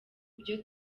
byo